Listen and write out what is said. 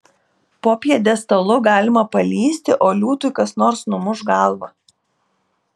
po pjedestalu galima palįsti o liūtui kas nors numuš galvą